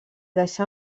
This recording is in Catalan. deixà